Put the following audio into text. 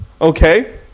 Okay